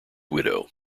widow